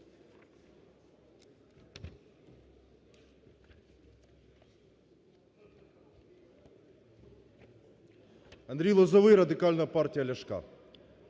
Андрій Лозовой, Радикальна партія Ляшка.